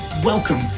Welcome